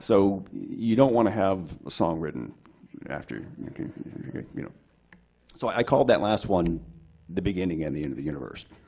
so you don't want to have a song written after you know so i call that last one the beginning and the end of the universe